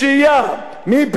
ממשלת ישראל.